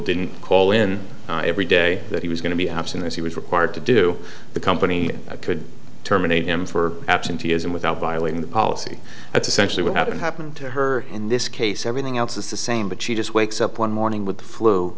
didn't call in every day that he was going to be absent as he was required to do the company could terminate him for absenteeism without violating the policy that's essentially what happened happened to her in this case everything else is the same but she just wakes up one morning with the flu